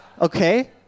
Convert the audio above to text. okay